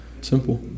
simple